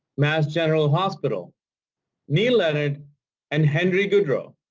mass general hospital neil leonard and henry goodrow